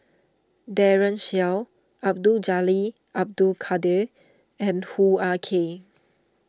Daren Shiau Abdul Jalil Abdul Kadir and Hoo Ah Kay